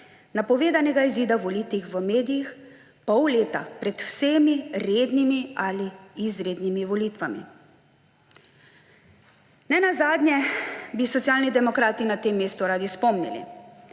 napovedanega izida volitev v medijih pol leta pred vsemi rednimi ali izrednimi volitvami.« Ne nazadnje bi Socialni demokrati na tem mestu radi spomnili,